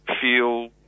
feel